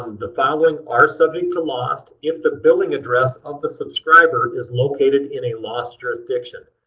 the following are subject to lost if the billing address of the subscriber is located in a lost jurisdiction.